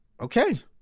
Okay